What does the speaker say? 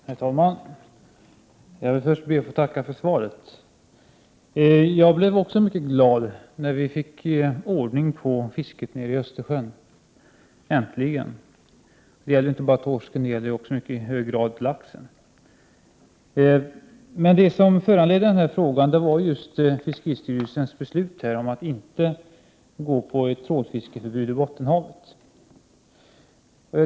Herr talman! Jag ber först att få tacka för svaret. Jag blev också mycket glad när vi äntligen fick ordning på fisket i Östersjön. Det gäller inte bara torsken utan i mycket hög grad laxen. Det som föranlett frågan var just fiskeristyrelsens beslut att inte gå med på trålfiskeförbud i Bottenhavet.